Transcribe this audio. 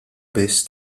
biss